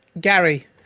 Gary